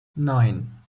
nine